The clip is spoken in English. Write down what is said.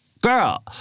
girl